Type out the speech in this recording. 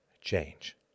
change